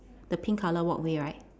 the pink colour walkway right